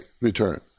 return